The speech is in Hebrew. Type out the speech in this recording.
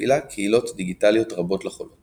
ומפעילה קהילות דיגיטליות רבות לחולות.